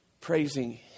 Praising